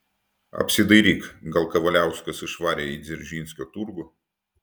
apsidairyk gal kavaliauskas išvarė į dzeržinskio turgų